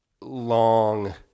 long